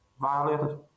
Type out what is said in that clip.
violated